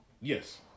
Yes